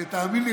ותאמין לי,